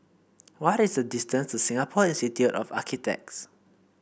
what is the distance to Singapore Institute of Architects